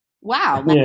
wow